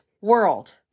world